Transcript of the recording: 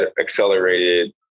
accelerated